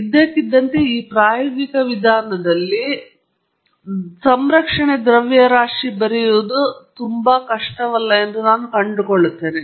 ಇದ್ದಕ್ಕಿದ್ದಂತೆ ಈ ಪ್ರಾಯೋಗಿಕ ವಿಧಾನದಲ್ಲಿ ಅದನ್ನು ಸಂರಕ್ಷಣೆ ದ್ರವ್ಯರಾಶಿ ಬರೆಯುವುದು ತುಂಬಾ ಕಷ್ಟವಲ್ಲ ಎಂದು ನಾನು ಕಂಡುಕೊಳ್ಳುತ್ತೇನೆ